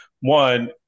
one